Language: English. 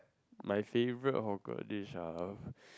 my favourite hawker dish ah